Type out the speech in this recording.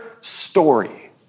story